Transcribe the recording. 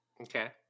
Okay